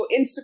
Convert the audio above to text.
Instagram